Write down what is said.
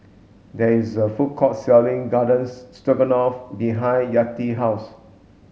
there is a food court selling Gardens Stroganoff behind Yetta house